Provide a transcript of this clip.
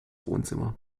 wohnzimmer